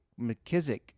McKissick